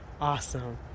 Awesome